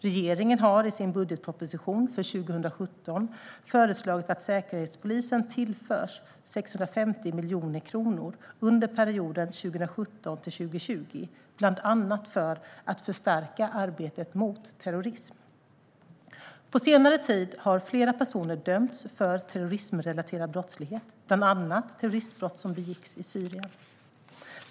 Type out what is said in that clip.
Regeringen har i budgetpropositionen för 2017 föreslagit att Säkerhetspolisen tillförs 650 miljoner kronor under perioden 2017-2020, bland annat för att förstärka arbetet mot terrorism. På senare tid har flera personer dömts för terrorismrelaterad brottslighet, bland annat för terroristbrott som begicks i Syrien.